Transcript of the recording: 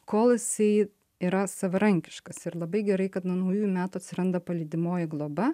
kol jisai yra savarankiškas ir labai gerai kad nuo naujųjų metų atsiranda palydimoji globa